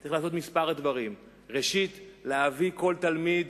צריך לעשות כמה דברים: ראשית, להביא כל תלמיד,